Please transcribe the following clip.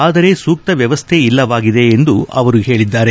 ಆದರೆ ಸೂಕ್ತ ವ್ಯವಸ್ಥೆ ಇಲ್ಲವಾಗದೆ ಎಂದು ಅವರು ಹೇಳಿದ್ದಾರೆ